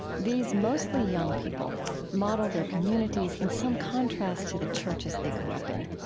these mostly young people model their communities in some contrast to the churches they grew up in.